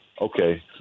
okay